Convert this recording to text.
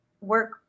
work